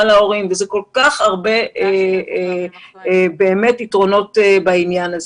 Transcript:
להורים ואכן יש הרבה יתרונות בעניין הזה.